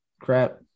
crap